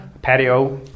Patio